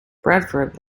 bradford